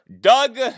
Doug